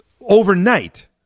overnight